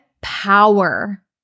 power